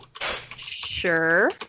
Sure